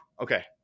Okay